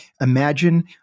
imagine